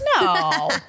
no